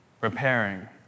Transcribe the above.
repairing